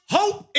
hope